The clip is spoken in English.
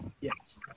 Yes